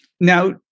Now